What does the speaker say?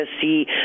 see